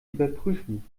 überprüfen